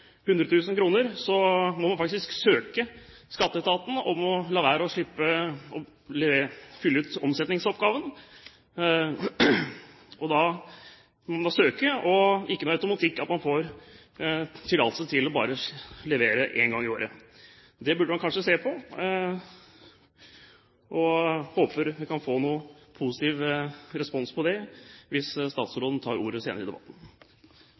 må man faktisk søke Skatteetaten om å slippe å fylle ut omsetningsoppgaven. Man må søke, og det er ikke noen automatikk i at man får tillatelse til bare å levere én gang i året. Det burde man kanskje se på. Jeg håper vi kan få positiv respons på det – hvis statsråden tar ordet senere i debatten.